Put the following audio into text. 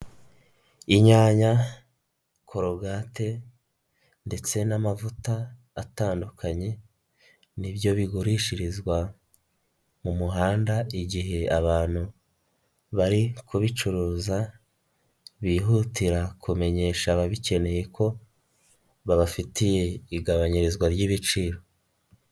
Inyanya, korogate ndetse n'amavuta atandukanye ni byo bigurishirizwa mu muhanda igihe abantu bari kubicuruza, bihutira kumenyesha ababikeneye ko babafitiye igabanyirizwa ry'ibiciro.